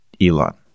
Elon